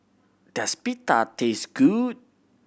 does Pita taste good